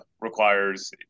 requires